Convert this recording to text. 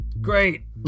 Great